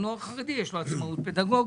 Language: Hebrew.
יש דברים בהם לחינוך החרדי יש עצמאות פדגוגית.